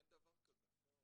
אין דבר כזה.